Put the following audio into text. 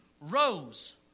Rose